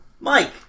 Mike